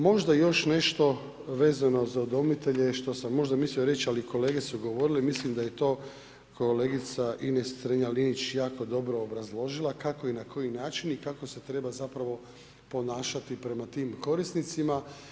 Možda još nešto vezano za udomitelje što sam možda mislio reći ali kolege su govorile, mislim da je to kolegica Ines Strenja-Linić jako dobro obrazložila kako i na koji način, kako se treba zapravo ponašati prema tim korisnicima.